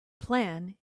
plan